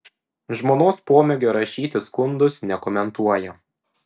žmonos pomėgio rašyti skundus nekomentuoja